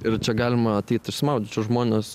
ir čia galima ateit išsimaudyt čia žmonės